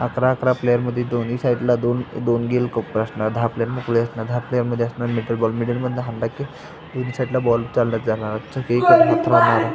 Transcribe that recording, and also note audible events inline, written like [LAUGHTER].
अकरा अकरा प्लेयरमध्ये दोन्ही साईडला दोन दोन गेलकोपर असणार दहा प्लेयर मोकळे असणार दहा प्लेयरमध्ये असणार मिडल बॉल मिडलमधून हाणला की दोन्ही साईडला बॉल चालल्या जाणार [UNINTELLIGIBLE]